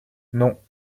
non